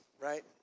right